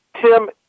Tim